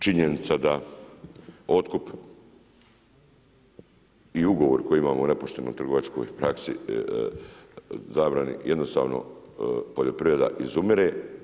Činjenica da otkup i ugovori koji imamo o nepoštenoj trgovačkoj praksi zabrani, jednostavno poljoprivreda izumire.